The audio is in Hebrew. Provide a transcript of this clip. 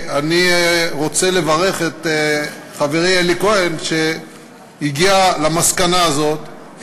אני רוצה לברך את חברי אלי כהן שהגיע למסקנה הזאת,